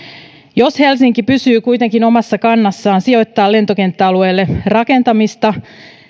jos helsinki pysyy kuitenkin omassa kannassaan sijoittaa lentokenttäalueelle rakentamista